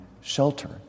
shelter